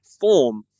form